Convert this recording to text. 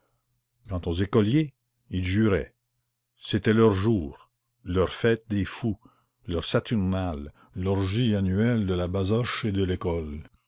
quant aux écoliers ils juraient c'était leur jour leur fête des fous leur saturnale l'orgie annuelle de la basoche et de l'école